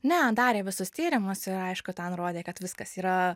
ne darė visus tyrimus ir aišku ten rodė kad viskas yra